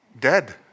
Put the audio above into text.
dead